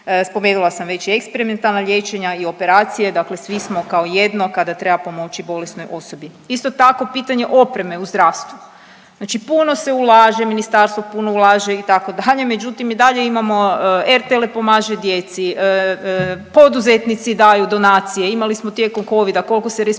Spomenula sam već i eksperimentalna liječenja i operacije dakle svi smo kao jedno kada treba pomoći bolesnoj osobi. Isto tako pitanje opreme u zdravstvu, znači puno se ulaže, ministarstvo puno ulaže itd. međutim i dalje imamo RTL pomaže djeci, poduzetnici daju donacije, imali smo tijekom kovida, koliko se respiratora